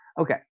Okay